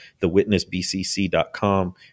thewitnessbcc.com